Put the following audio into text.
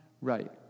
right